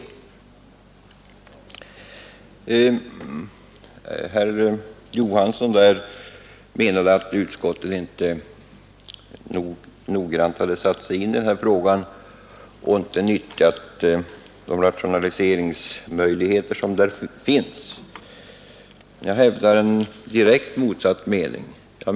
Herr Johansson menade att utskottet inte tillräckligt hade satt sig in i denna fråga och inte hade utnyttjat de rationaliseringsmöjligheter som där finns. Jag hävdar en direkt motsatt mening.